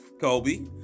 Kobe